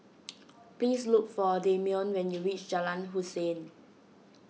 please look for Dameon when you reach Jalan Hussein